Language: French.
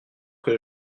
que